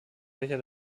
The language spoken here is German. welcher